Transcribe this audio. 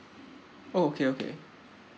oh okay okay